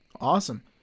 Awesome